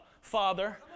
Father